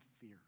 fear